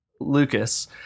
Lucas